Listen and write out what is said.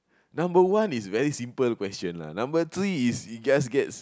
number one is very simple question lah number three is just gets